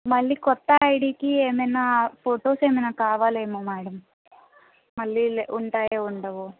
మళ్ళీ కొత్త ఐడీకి ఏమైనా ఫొటోస్ ఏమైనా కావాలేమో మేడం మళ్ళీ లే ఉంటాయో ఉండవో